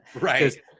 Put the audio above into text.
Right